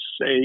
say